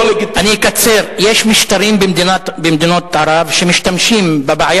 אני אקצר: יש משטרים במדינות ערב שמשתמשים בבעיה